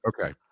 okay